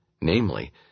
namely